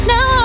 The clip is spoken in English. Now